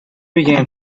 began